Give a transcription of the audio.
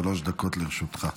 שלוש דקות לרשותך.